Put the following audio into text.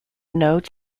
notes